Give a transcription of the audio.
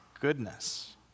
goodness